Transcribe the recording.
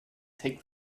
take